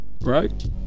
Right